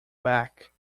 back